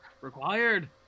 required